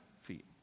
feet